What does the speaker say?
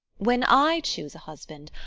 when i choose a husband,